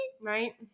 Right